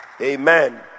Amen